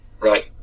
Right